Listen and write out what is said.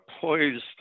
poised